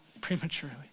prematurely